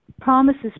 promises